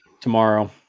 Tomorrow